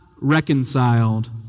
reconciled